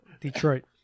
Detroit